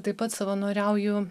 taip pat savanoriauju